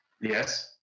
Yes